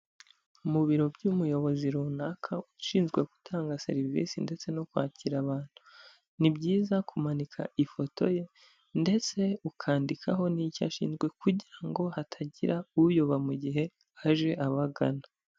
Mu biro by'umuyobozi runaka, ushinzwe gutanga serivisi ndetse no kwakira abantu. Ni byiza kumanika ifoto ye ndetse ukandikaho n'icyo ashinzwe kugira ngo hatagira uyoba mu gihe aje abagana.